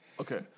Okay